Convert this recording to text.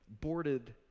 boarded